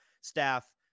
staff